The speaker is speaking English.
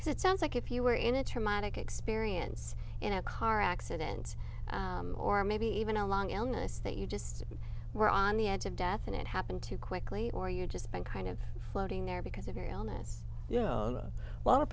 because it sounds like if you were in a traumatic experience in a car accident or maybe even a long illness that you just were on the edge of death and it happened too quickly or you've just been kind of floating there because if you're honest you know a lot of